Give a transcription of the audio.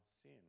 sin